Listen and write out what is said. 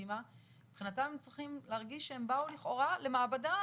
מבחינתם הם צריכים להרגיש שהם באו לכאורה למעבדה